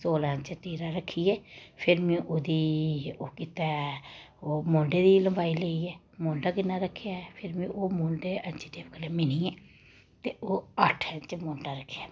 सोह्लां inch तीरा रक्खियै फिर में ओह्दी ओह् कीता ऐ ओह् म्हूंडे दी लम्बाई लेई ऐ म्हूंडा किन्ना रक्खेआ ऐ फिर में ओह् म्हूंडे ऐंची टेव कन्नै मिनियैं ते ओह् अट्ठा इंच म्हूंडा रक्खेआ ऐ में